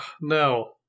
No